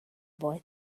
boy